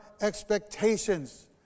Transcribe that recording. expectations